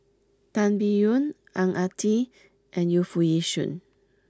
Tan Biyun Ang Ah Tee and Yu Foo Yee Shoon